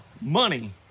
Money